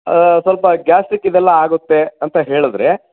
ಸ್ವಲ್ಪ ಗ್ಯಾಸ್ಟ್ರಿಕಿದೆಲ್ಲ ಆಗುತ್ತೆ ಅಂತ ಹೇಳಿದ್ರೆ